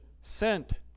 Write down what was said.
sent